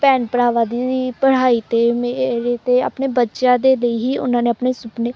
ਭੈਣ ਭਰਾਵਾਂ ਦੀ ਵੀ ਪੜ੍ਹਾਈ ਅਤੇ ਮੇਰੇ 'ਤੇ ਆਪਣੇ ਬੱਚਿਆਂ ਦੇ ਲਈ ਹੀ ਉਹਨਾਂ ਨੇ ਆਪਣੇ ਸੁਪਨੇ